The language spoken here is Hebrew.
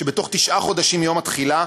שבתוך תשעה חודשים מיום התחילה,